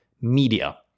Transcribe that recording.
media